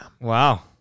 Wow